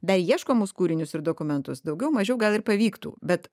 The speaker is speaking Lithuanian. dar ieškomus kūrinius ir dokumentus daugiau mažiau gal ir pavyktų bet